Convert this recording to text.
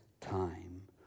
time